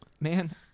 man